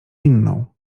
inną